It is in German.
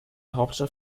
hauptstadt